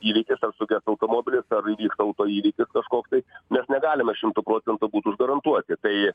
įvykis ar suges automobilis ar autoįvykis kažkoks tai nes negalime šimtu procentų būt užgarantuoti tai